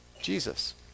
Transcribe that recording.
Jesus